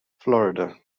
florida